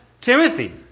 Timothy